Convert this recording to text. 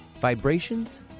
vibrations